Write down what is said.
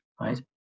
right